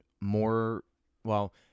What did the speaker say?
more—well